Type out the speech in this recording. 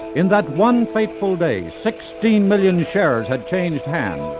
in that one fateful day sixty and million shares had changed hands.